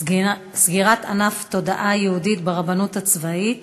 סגירת ענף תודעה יהודית ברבנות הצבאית